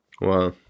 wow